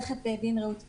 רעות כהן,